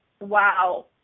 Wow